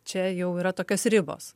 čia jau yra tokios ribos